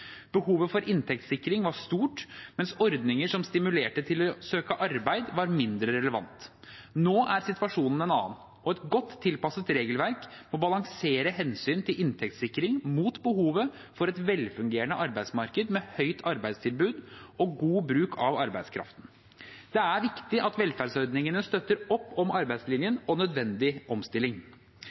Behovet for inntektssikring var stort, mens ordninger som stimulerer til å søke arbeid, var mindre relevante. Nå er situasjonen en annen, og et godt tilpasset regelverk må balansere hensyn til inntektssikring mot behovet for et velfungerende arbeidsmarked med høyt arbeidstilbud og god bruk av arbeidskraften. Det er viktig at velferdsordningene støtter opp om arbeidslinjen og nødvendig omstilling.